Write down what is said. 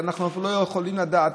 ואנחנו לא יכולים לדעת.